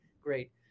great